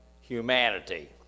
humanity